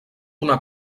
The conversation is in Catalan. una